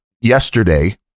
yesterday